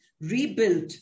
rebuilt